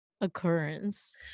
occurrence